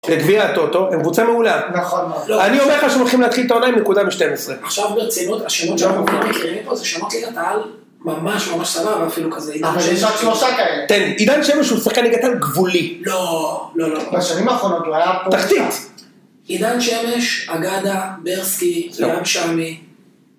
לגביע הטוטו, הם קבוצה מעולה. נכון, נכון. אני אומר לך שהם הולכים להתחיל את העונה עם נקודה ב-12. עכשיו ברצינות, השינוי שאנחנו עוברים מכירים מפה זה שמות ניגטל ממש ממש סבבה, אפילו כזה עידן שמש האלה. תן לי, עידן שמש הוא שחקי ניגטל גבולי. לא, לא, לא. בשנים האחרונות הוא היה... תחתית. עידן שמש, אגדה, ברסקי, ים שמי.